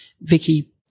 Vicky